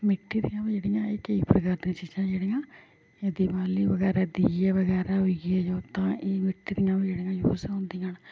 मिट्टी दियां बी जेह्ड़ियां एह् केईं प्रकार दियां चीजां जेह्ड़ियां एह् दिवाली बगैरा दीये बगैरा होई गे जोत्तां एह् मिट्टी दियां बी जेह्ड़ियां यूज़ होंदियां न